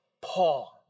Paul